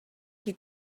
qui